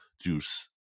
juice